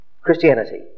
Christianity